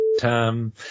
time